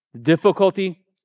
Difficulty